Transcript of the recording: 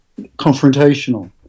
confrontational